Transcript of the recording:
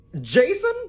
Jason